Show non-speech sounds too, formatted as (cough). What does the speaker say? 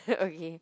(noise) okay